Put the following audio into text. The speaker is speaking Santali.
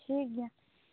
ᱴᱷᱤᱠᱜᱮᱭᱟ